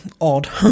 odd